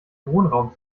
wohnraum